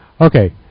Okay